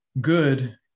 good